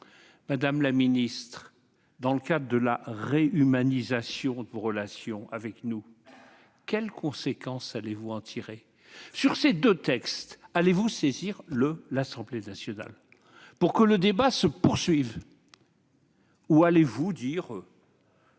Madame la ministre, dans le cadre de la réhumanisation de vos rapports avec nous, quelles conséquences allez-vous en tirer ? Sur ces deux textes, allez-vous saisir l'Assemblée nationale pour que le débat se poursuive ou allez-vous